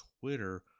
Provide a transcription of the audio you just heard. Twitter